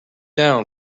down